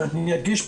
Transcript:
ואדגיש,